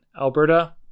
Alberta